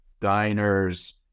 diners